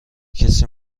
کسی